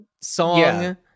song